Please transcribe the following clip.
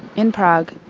in prague,